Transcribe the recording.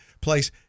place